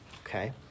okay